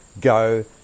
go